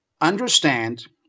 understand